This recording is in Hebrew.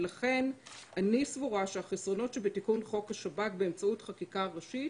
לכן אני סבורה שהחסרונות שבתיקון חוק השב"כ באמצעות חקיקה ראשית